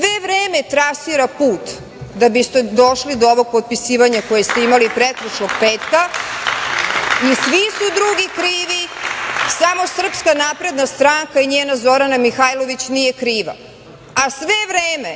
sve vreme trasira put da biste došli do ovog potpisivanja koje ste imali pretprošlog petka i svi su drugi krivi samo SNS i njena Zorana Mihajlović nije kriva,